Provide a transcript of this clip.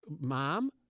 Mom